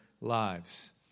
lives